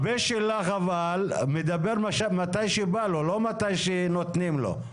הפה שלך מדבר כשבא לא, לא כשנותנים לו.